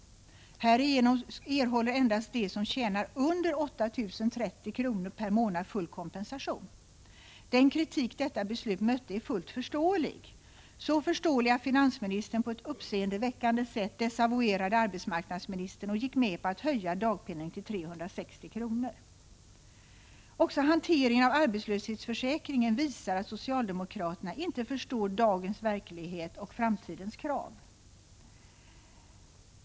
Härigenom erhåller endast de som tjänar under 8 030 kr. per månad full kompensation. Den kritik detta beslut mötte är fullt förståelig, så förståelig att finansministern på ett uppseendeväckande sätt desavouerade arbetsmarknadsministern och gick med på att höja dagpenningen till 360 kr. Också hanteringen av arbetslöshetsförsäkringen visar att socialdemokraterna inte förstår dagens verklighet och framtidens krav.